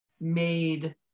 made